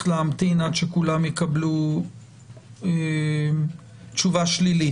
להמתין עד שכולם יקבלו תשובה שלילית.